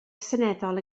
seneddol